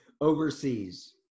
overseas